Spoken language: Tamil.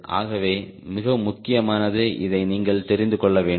ஆகவே மிக முக்கியமானது இதை நீங்கள் தெரிந்து கொள்ள வேண்டும்